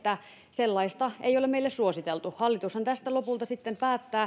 sellaista ei ole meille suositeltu hallitushan tästä lopulta sitten